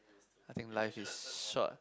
I think life is short